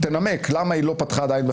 בכל הנוגע לזלזול ולדוגמה אישית,